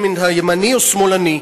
ימני או שמאלני.